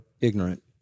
ignorant